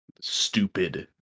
stupid